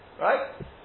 Right